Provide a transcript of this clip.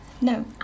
No